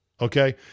okay